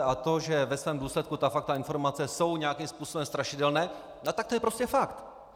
A to, že ve svém důsledku ta fakta a informace jsou nějakým způsobem strašidelné, tak to je prostě fakt.